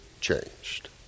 changed